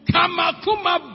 Kamakuma